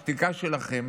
השתיקה שלכם